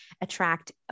attract